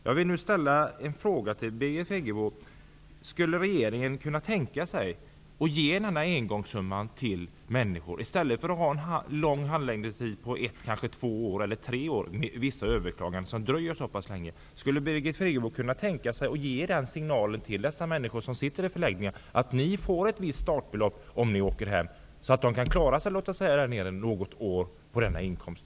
Jag vill nu ställa en fråga till Birgit Friggebo: Skulle regeringen kunna tänka sig att ge en engångssumma till dessa människor, i stället för att ha en lång handläggningstid på ett, två eller tre år? Vid vissa överklaganden dröjer det faktiskt så pass länge. Skulle Birgit Friggebo kunna tänka sig att ge den signalen till de människor som sitter i förläggningarna att de kan få ett visst startbelopp om de åker hem, så att de kan klara sig något år på det?